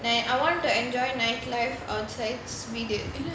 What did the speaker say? man I want to enjoy nightlife outside வீடு:veedu